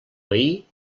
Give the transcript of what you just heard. veí